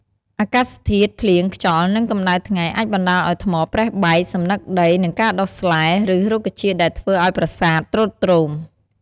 អាកាសធាតុ ភ្លៀង ខ្យល់ និងកម្ដៅថ្ងៃអាចបណ្ដាលឱ្យថ្មប្រេះបែក សំណឹកដី និងការដុះស្លែ ឬរុក្ខជាតិដែលធ្វើឱ្យប្រាសាទទ្រុឌទ្រោម។